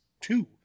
two